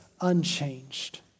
unchanged